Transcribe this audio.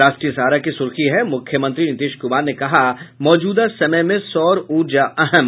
राष्ट्रीय सहारा की सुर्खी है मुख्यमंत्री नीतीश कुमार ने कहा मौजूदा समय में सौर ऊर्जा अहम